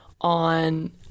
on